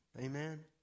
Amen